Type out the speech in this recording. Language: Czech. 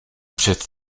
před